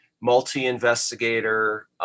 multi-investigator